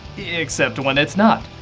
except when it's not.